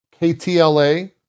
KTLA